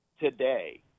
today